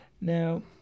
now